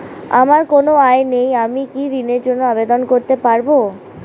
আমার কোনো আয় নেই আমি কি ঋণের জন্য আবেদন করতে পারব?